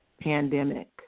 pandemic